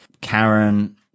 Karen